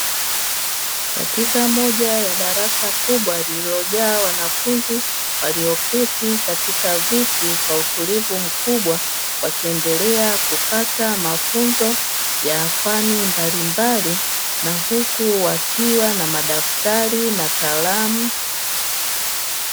Katika moja ya darasa kubwa lililojaa wanafunzi walioketi katika viti kwa utulivu mkubwa wakiendelea kupata mafunzo ya fani mbalimbali na huku wakiwa na madaftari na kalamu.